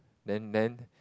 then then